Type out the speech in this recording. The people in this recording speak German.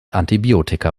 antibiotika